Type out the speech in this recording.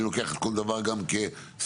אני לוקח כל דבר גם כסימפטום,